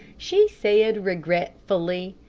she said, regretfully,